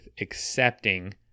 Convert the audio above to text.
accepting